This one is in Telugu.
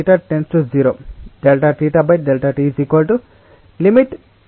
కాబట్టి ఇది చాలా చిన్నగా ఉన్నప్పుడు మేము ఒక స్మాల్ టైం ఇంటర్వెల్ కి పరిమితం చేస్తాము